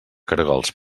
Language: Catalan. caragols